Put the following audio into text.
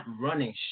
running